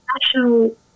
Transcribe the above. national